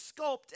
sculpt